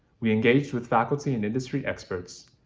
we engaged with faculty and industry experts,